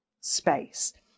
space